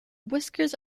whiskers